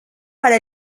para